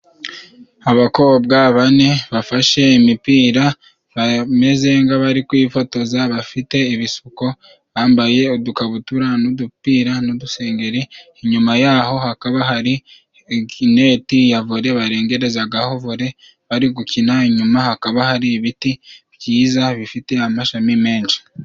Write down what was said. Abakobwa bane bafashe imipira bameze nk'abari kwifotoza, bafite ibisuko bambaye udukabutura n'udupira n'udusengeri, inyuma yaho hakaba hari Neti ya Vole barengerezagaho Vole bari gukina, inyuma hakaba hari ibiti byiza bifite amashami menshi.